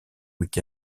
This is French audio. week